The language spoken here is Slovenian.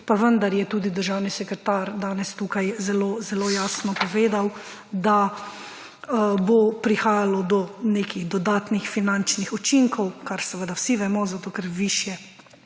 Pa vendar je tudi državni sekretar danes tukaj zelo, zelo jasno povedal, da bo prihajalo do nekih dodatnih finančnih učinkov. Kar seveda vsi vemo zato, ker višji